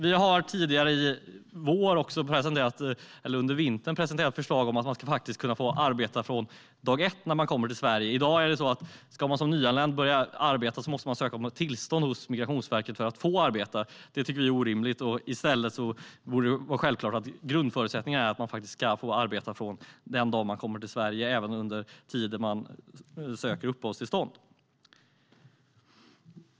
Vi har under vintern presenterat förslag om att man ska kunna få arbeta från dag ett när man kommer till Sverige. I dag är det så att om man som nyanländ ska börja arbeta måste man söka tillstånd hos Migrationsverket för att få arbeta. Det tycker vi är orimligt. I stället borde det vara självklart att grundförutsättningarna är att man faktiskt ska få arbeta från den dag man kommer till Sverige - även under tiden man söker uppehållstillstånd.